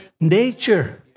nature